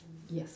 ya